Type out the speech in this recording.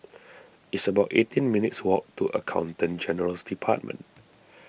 it's about eighteen minutes' walk to Accountant General's Department